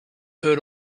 heard